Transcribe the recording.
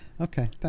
Okay